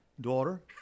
Daughter